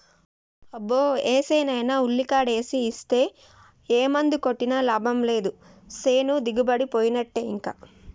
అబ్బో ఏసేనైనా ఉల్లికాడేసి ఇస్తే ఏ మందు కొట్టినా లాభం లేదు సేను దిగుబడిపోయినట్టే ఇంకా